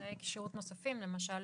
תנאי כשירות נוספים, למשל